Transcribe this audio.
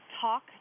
talk